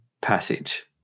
passage